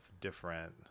different